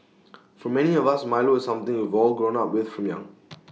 for many of us milo is something we've all grown up with from young